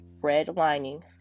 redlining